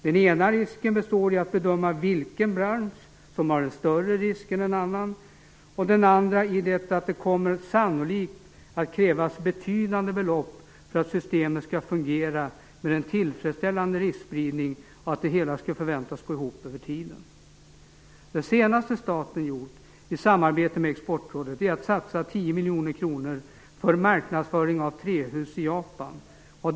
Den ena risken består i att bedöma vilken bransch som har en större risk än en annan, och den andra i att det sannolikt kommer att krävas betydande belopp för att systemet skall fungera med en tillfredsställande riskspridning och för att det hela skall gå ihop över tiden. Det senaste staten gjort i samarbete med Exportrådet är att satsa 10 miljoner kronor för marknadsföring av trähus i Japan.